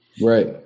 Right